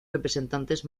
representantes